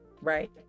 Right